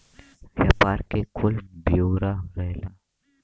व्यापार के कुल ब्योरा रहेला